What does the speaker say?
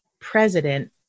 president